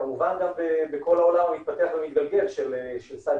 כמובן גם בכל העולם המתפתח והמתגלגל של cyber